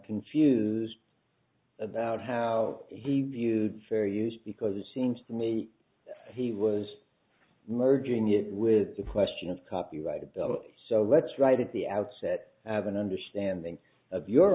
confused about how he viewed fair use because it seems to me he was merging it with the question of copyright abilities so let's right at the outset have an understanding of your